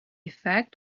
effect